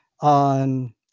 on